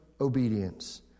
obedience